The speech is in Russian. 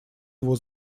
его